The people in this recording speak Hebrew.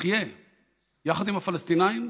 נחיה יחד עם הפלסטינים,